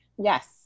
Yes